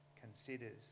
considers